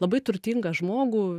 labai turtingą žmogų